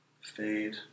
fade